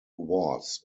was